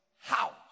house